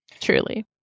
truly